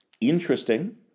interesting